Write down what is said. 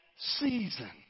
season